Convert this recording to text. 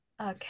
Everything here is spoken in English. Okay